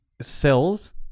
cells